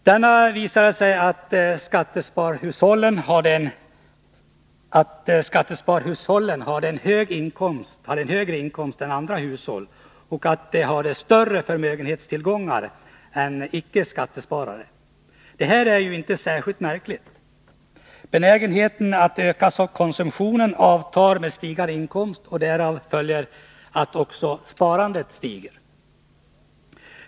Denna undersökning visade att skattespararhushållen har en högre inkomst än andra hushåll och att de har större förmögenhetstillgångar än icke-skattesparare. Detta är inte särskilt märkligt. Benägenheten att öka konsumtionen avtar med stigande inkomst, och därav följer att sparandet stiger.